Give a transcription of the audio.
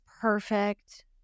perfect